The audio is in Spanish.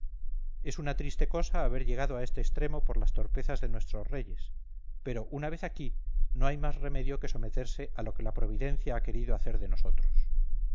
es una triste cosa haber llegado a este extremo por las torpezas de nuestros reyes pero una vez aquí no hay más remedio que someterse a lo que la providencia ha querido hacer de nosotros